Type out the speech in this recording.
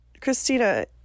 Christina